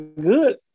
good